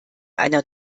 einer